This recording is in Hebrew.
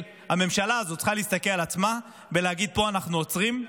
הממשלה הזאת צריכה להסתכל על עצמה ולהגיד: פה אנחנו עוצרים.